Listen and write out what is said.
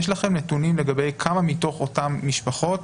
האם יש לכם נתונים לגבי כמה מתוך אותן משפחות